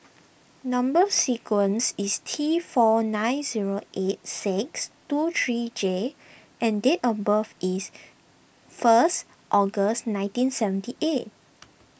Number Sequence is T four nine zero eight six two three J and date of birth is first August nineteen seventy eight